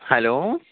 hello